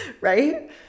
right